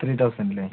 സുനി ദാസ് അല്ലേ